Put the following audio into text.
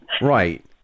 Right